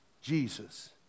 Jesus